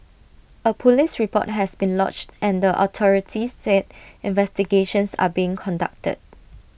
A Police report has been lodged and the authorities said investigations are being conducted